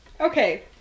Okay